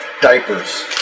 diapers